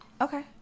Okay